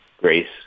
grace